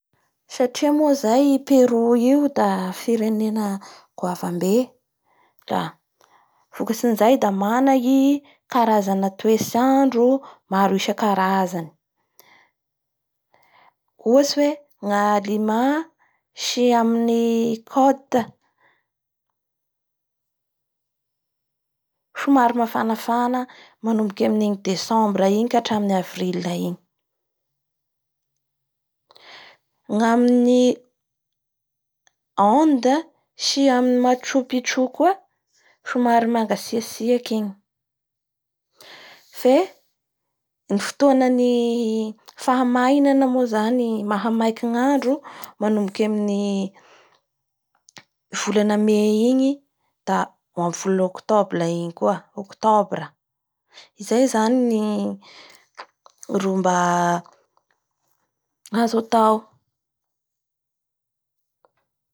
Satria moa zay i Perou io da firenena gouavambe la vokatsin'ny zay da mana i karazana toetsy andro maro isankarazany ohatsy hoe ny a Lima sy amin'ny cote somary mafanafana manomboky amin'igny desambra igny hatra amin'ny avrile igny ngamin'ny Onde sy amin'ny Mchoupichou koa somary mangatsiatsiaky igny fe ny fotoanan'ny faha mainanan moa zany maha maiky ny andro manomboky amin'ny voana mais igny da voana octobla igny koa-Octobra.